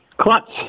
Clutch